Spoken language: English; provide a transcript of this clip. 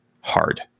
hard